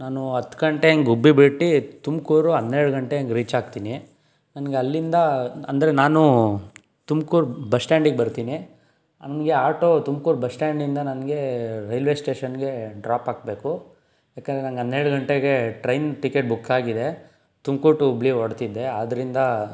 ನಾನು ಹತ್ತು ಗಂಟೆ ಹಾಗೆ ಗುಬ್ಬಿ ಬಿಟ್ಟು ತುಮಕೂರು ಹನ್ನೆರಡು ಗಂಟೆ ಹಾಗೆ ರೀಚ್ ಆಗ್ತೀನಿ ನನಗಲ್ಲಿಂದ ಅಂದರೆ ನಾನು ತುಮಕೂರು ಬಸ್ಸ್ಟಾಂಡಿಗೆ ಬರ್ತೀನಿ ಹಾಗೇ ಆಟೋ ತುಮಕೂರು ಬಸ್ಟ್ಯಾಂಡಿಂದ ನನಗೆ ರೈಲ್ವೆ ಸ್ಟೇಷನ್ಗೆ ಡ್ರಾಪ್ ಹಾಕಬೇಕು ಯಾಕೆಂದರೆ ನನಗೆ ಹನ್ನೆರಡು ಗಂಟೆಗೆ ಟ್ರೈನ್ ಟಿಕೆಟ್ ಬುಕ್ ಆಗಿದೆ ತುಮಕೂರು ಟು ಹುಬ್ಬಳ್ಳಿ ಹೊರಡ್ತಿದ್ದೆ ಆದ್ದರಿಂದ